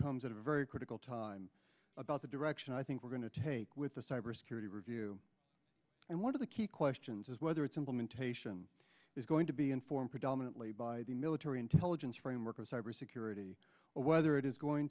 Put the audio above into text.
comes at a very critical time about the direction i think we're going to take with a cybersecurity review and one of the key questions is whether its implementation is going to be informed predominantly by the military intelligence framework of cybersecurity or whether it is going